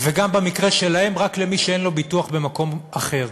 וגם במקרה שלהם, רק במי שאין לו ביטוח במקום אחר.